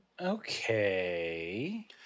Okay